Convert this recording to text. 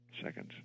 Seconds